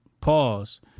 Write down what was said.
pause